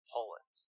Poland